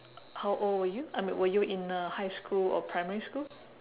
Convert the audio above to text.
how old were you I mean were you in uh high school or primary school